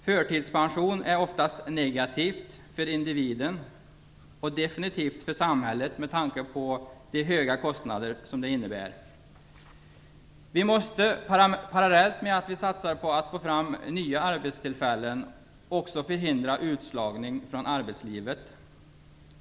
En förtidspension är oftast negativ för individen, och den är det definitivt för samhället, med tanke på de höga kostnader som den innebär. Parallellt med att vi satsar på att få fram nya arbetstillfällen måste vi också förhindra utslagningen från arbetslivet.